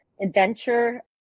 adventure